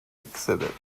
exhibit